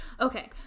Okay